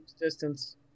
distance